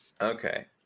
Okay